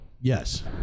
Yes